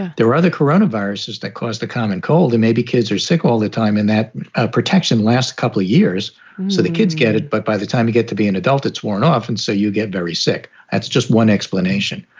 there are other corona viruses that cause the common cold and maybe kids are sick all the time in that protection last couple of years. so the kids get it. but by the time we get to be an adult, it's worn off. and so you get very sick. that's just one explanation.